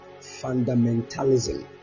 fundamentalism